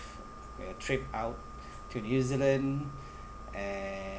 your trip out to new zealand and